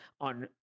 on